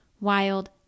wild